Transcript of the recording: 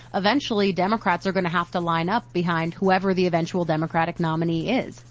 eventually, democrats are gonna have to line up behind whoever the eventual democratic nominee is.